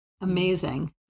Amazing